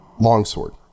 Longsword